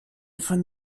von